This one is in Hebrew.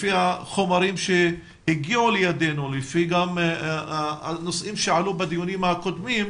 לפי החומרים שהגיעו לידינו ולפי הנושאים שעלו בדיונים הקודמים,